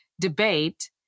debate